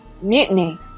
Mutiny